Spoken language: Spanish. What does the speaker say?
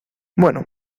bueno